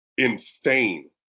insane